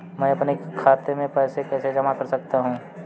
मैं अपने खाते में पैसे कैसे जमा कर सकता हूँ?